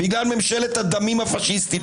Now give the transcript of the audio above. בגלל המהות של מה שכתוב וטיב החקיקה הזאת.